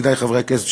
ידידי חברי הכנסת,